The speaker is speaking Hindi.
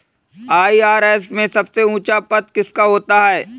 आई.आर.एस में सबसे ऊंचा पद किसका होता है?